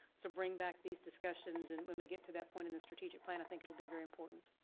so bring back these discussions and when we get to that point in the strategic plan i think it'll be very important.